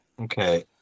Okay